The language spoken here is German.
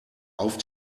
auf